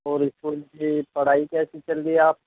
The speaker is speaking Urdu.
اور اسکول کی پڑھائی کیسی چل رہی ہے آپ کی